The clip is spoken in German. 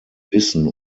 wissen